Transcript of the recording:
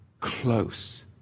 close